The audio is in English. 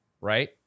right